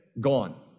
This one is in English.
Gone